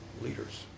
leaders